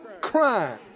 crime